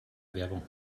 werbung